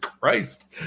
Christ